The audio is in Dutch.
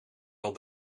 wel